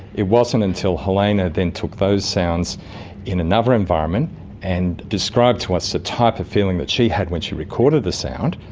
it wasn't until helena then took those sounds in another environment and described to us the type of feeling that she had when she recorded the sound,